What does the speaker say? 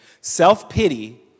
Self-pity